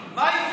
ממלכתי?